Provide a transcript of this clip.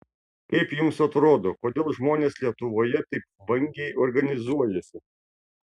kaip jums atrodo kodėl žmonės lietuvoje taip vangiai organizuojasi